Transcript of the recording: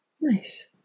Nice